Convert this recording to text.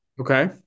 Okay